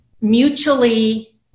mutually